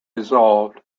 dissolved